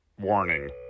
Warning